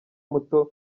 muto